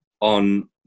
on